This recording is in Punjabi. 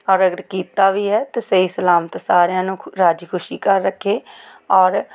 ਔਰ ਅਗਰ ਕੀਤਾ ਵੀ ਹੈ ਤਾਂ ਸਹੀ ਸਲਾਮਤ ਸਾਰਿਆਂ ਨੂੰ ਖ ਰਾਜ਼ੀ ਖੁਸ਼ੀ ਘਰ ਰੱਖੇ ਔਰ